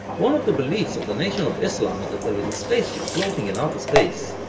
one of the beliefs of the nation of islam is that there is a spaceship floating in outer space,